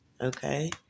Okay